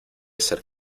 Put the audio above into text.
ser